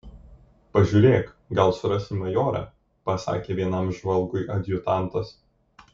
pažiūrėk gal surasi majorą pasakė vienam žvalgui adjutantas